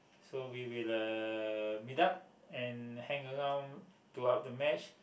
so we will uh meet up and hang around throughout the match